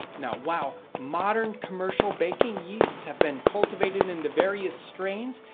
now while modern commercial baking yeasts have been cultivated into various strains,